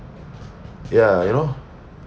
ya you know